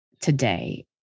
today